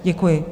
Děkuji.